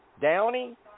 Downey